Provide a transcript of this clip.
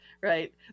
Right